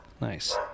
nice